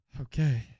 Okay